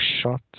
shot